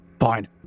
fine